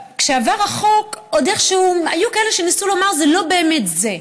כשעבר החוק עוד איכשהו היו כאלה שניסו לומר שזה לא באמת זה,